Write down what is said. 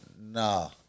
Nah